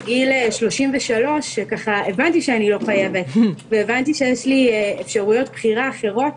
בגיל 33 כשהבנתי שאני לא חייבת והבנתי שיש לי אפשרויות בחירה אחרות,